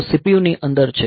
તેઓ CPU ની અંદર છે